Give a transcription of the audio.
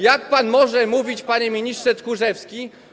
Jak pan może mówić, panie ministrze Tchórzewski.